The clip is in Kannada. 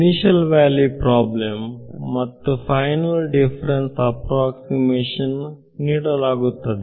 ಇನಿಷಿಯಲ್ ವ್ಯಾಲ್ಯೂ ಪ್ರಾಬ್ಲೆಮ್ ಮತ್ತು ಫೈನಲ್ ದಿಫರೆನ್ಸ್ ಅಪ್ರಾಕ್ಸೈಮೇಶನ್ ನೀಡಲಾಗುತ್ತದೆ